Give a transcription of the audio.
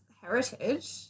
heritage